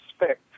respect